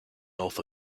north